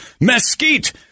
mesquite